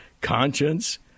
conscience